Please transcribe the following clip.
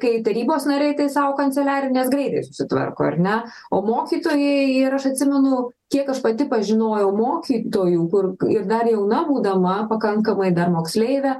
kai tarybos nariai tai sau kanceliarines greitai sutvarko ar ne o mokytojai ir aš atsimenu kiek aš pati pažinojau mokytojų kur ir dar jauna būdama pakankamai dar moksleivė